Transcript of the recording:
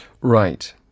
Right